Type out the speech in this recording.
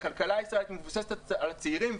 הכלכלה הישראלית מבוססת על צעירים,